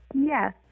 Yes